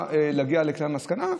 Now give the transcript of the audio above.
ולהגיע לכלל מסקנה,